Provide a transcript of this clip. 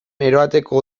eroateko